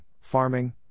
farming